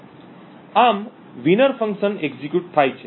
આમ વિજેતા function execute થાય છે